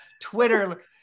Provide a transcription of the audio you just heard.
Twitter